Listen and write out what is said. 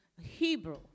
Hebrew